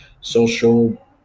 Social